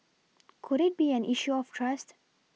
could it be an issue of trust